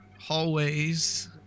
hallways